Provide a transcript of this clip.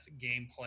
gameplay